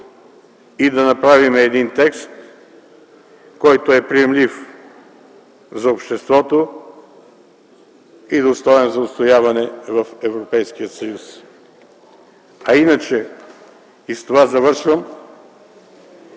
и да направим един текст, който е приемлив за обществото и достоен за отстояване в Европейския съюз. Иначе, и с това завършвам,